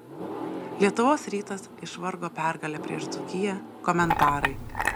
lietuvos rytas išvargo pergalę prieš dzūkiją komentarai